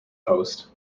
post